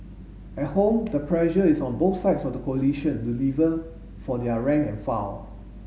at home the pressure is on both sides of the coalition to deliver for their rank and file